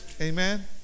Amen